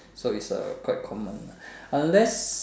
so is a quite common lah unless